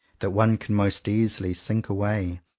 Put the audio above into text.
that one can most easily sink away,